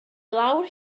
lawr